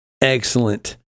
excellent